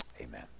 Amen